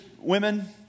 women